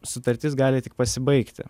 sutartis gali tik pasibaigti